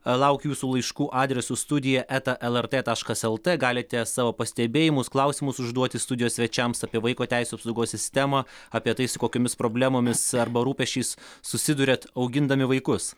laukiu jūsų laiškų adresu studija eta el er t taškas el t galite savo pastebėjimus klausimus užduoti studijos svečiams apie vaiko teisių apsaugos sistemą apie tai su kokiomis problemomis arba rūpesčiais susiduriat augindami vaikus